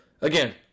Again